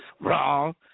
Wrong